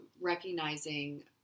recognizing